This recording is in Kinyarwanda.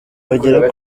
bagera